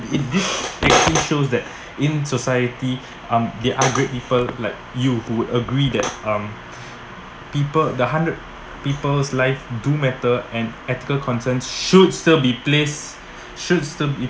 it did actually shows that in society um they upgrade people like you who would agree that um people the hundred people's life do matter and ethical concerns should still be placed should still be